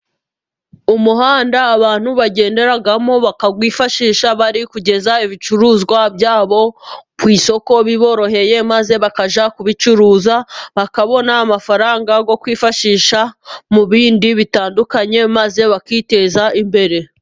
Umuhanda abantu bagenderamo, bakawifashisha bari kugeza ibicuruzwa byabo ku isoko biboroheye, maze bakajya kubicuruza bakabona amafaranga, yo kwifashisha mu bindi bitandukanye maze bakiteza imbere.